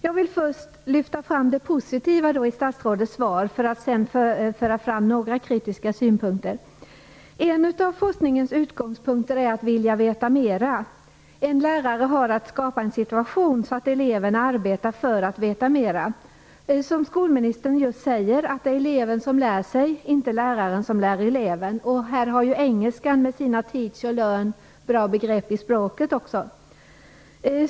Jag vill först lyfta fram det positiva i statsrådets svar för att sedan föra fram några kritiska synpunkter. En av forskningens utgångspunkter är att vilja veta mera. En lärare har att skapa en sådan situation att eleverna arbetar för att veta mera. Som skolministern säger: Det är eleven som lär sig, inte läraren som lär eleven. Här har engelskan med sina teach och learn bra begrepp i språket också.